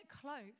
close